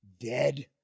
dead